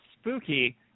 Spooky